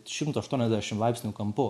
šimto aštuoniasdešim laipsnių kampu